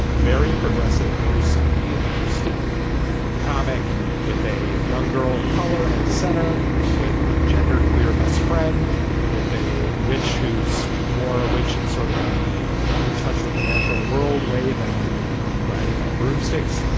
very progressive, very spooky and interesting comic with a young girl of color at its center with a gender queer best friend, but with a witch who's more a witch and sort of the in touch with the natural world way than in the writing on broomsticks.